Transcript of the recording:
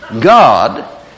God